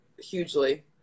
hugely